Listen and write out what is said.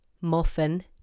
Muffin